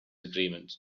agreement